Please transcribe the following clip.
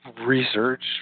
research